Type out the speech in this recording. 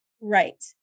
Right